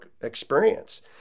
experience